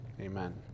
Amen